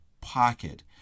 pocket